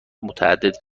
متعدد